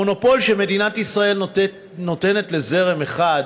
המונופול שמדינת ישראל נותנת לזרם אחד,